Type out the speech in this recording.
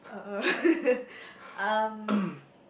uh uh um